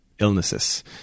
illnesses